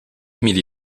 emily